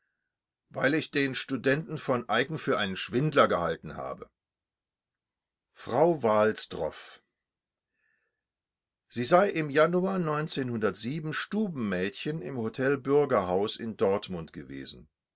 weil ich den studenten v eicken für einen schwindler gehalten habe frau walsdroff sie sei im januar stubenmädchen im hotel bürgerhaus in dortmund gewesen